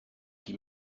qui